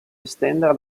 estendere